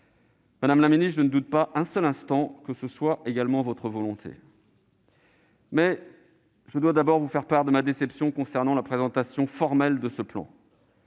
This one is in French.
Madame la ministre, je ne doute pas un seul instant que ce soit également votre volonté, mais je dois d'abord vous faire part de ma déception concernant la présentation formelle de ce plan.